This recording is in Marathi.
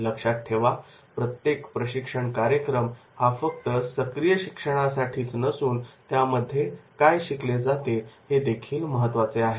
लक्षात ठेवा प्रत्येक प्रशिक्षण कार्यक्रम हा फक्त सक्रिय शिक्षणासाठीच नसून त्यामध्ये काय शिकले जाते हे देखील महत्त्वाचे आहे